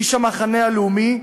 איש המחנה הלאומי,